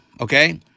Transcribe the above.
okay